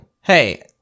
Hey